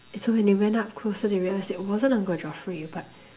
and so when they went up closer they realized it wasn't uncle Geoffrey but